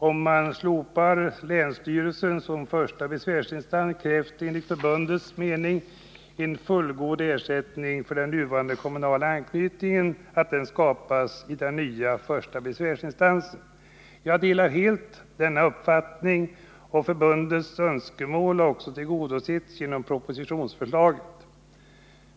Om man slopar länsstyrelsen som första besvärsinstans, krävs enligt förbundets mening att en fullgod ersättning för den nuvarande kommunala anknytningen skapas hos den nya första besvärsinstansen. Jag delar helt denna uppfattning, och förbundets önskemål tillgodoses också genom propositionsförslaget.